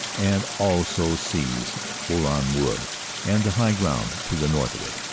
and also seize bourlon wood and the high ground to the north of it.